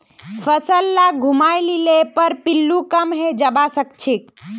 फसल लाक घूमाय लिले पर पिल्लू कम हैं जबा सखछेक